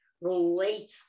relate